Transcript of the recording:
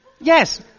Yes